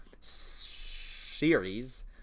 series